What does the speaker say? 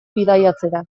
bidaiatzera